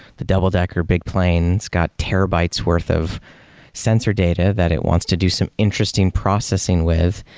the double-decker big planes got terabytes worth of sensor data that it wants to do some interesting processing with,